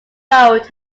road